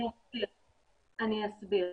אני אסביר.